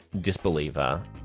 disbeliever